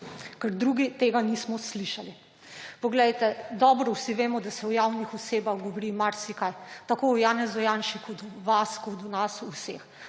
ker drugi tega nismo slišali. Poglejte, dobro vsi vemo, da se o javnih osebah govori marsikaj, tako o Janezu Janši kot o vas, kot o nas vseh.